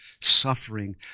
suffering